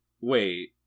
Wait